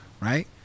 Right